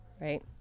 right